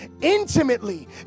intimately